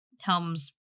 helms